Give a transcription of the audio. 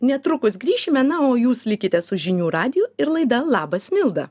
netrukus grįšime na o jūs likite su žinių radiju ir laida labas milda